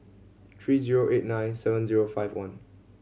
three zero eight nine seven zero five one